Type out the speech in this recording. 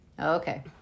Okay